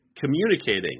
communicating